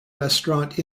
restaurant